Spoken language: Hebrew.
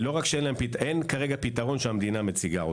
כרגע פתרון שהמדינה מציגה.